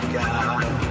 god